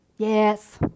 Yes